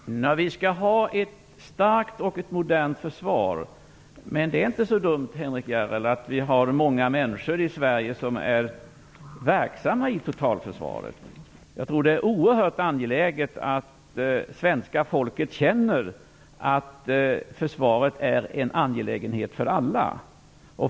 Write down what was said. Herr talman! Vi skall ha ett starkt och modernt försvar. Men det är inte så dumt, Henrik S Järrel, att många människor i Sverige är verksamma inom totalförsvaret. Jag tror att det är oerhört angeläget att svenska folket känner att försvaret är en angelägenhet för alla.